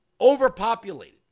overpopulated